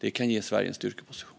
Detta kan ge Sverige en styrkeposition.